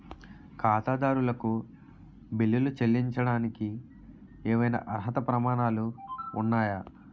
ఖాతాదారులకు బిల్లులు చెల్లించడానికి ఏవైనా అర్హత ప్రమాణాలు ఉన్నాయా?